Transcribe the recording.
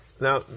now